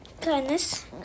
Kindness